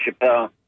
Chappelle